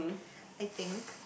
I think